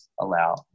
allow